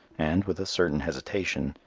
and, with a certain hesitation,